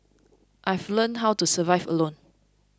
I've learnt how to survive alone